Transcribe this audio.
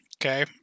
Okay